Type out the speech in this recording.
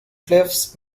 cliffs